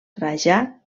trajà